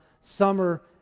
summer